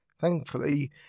Thankfully